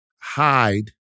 hide